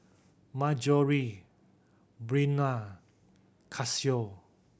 Marjorie Breonna Cassiu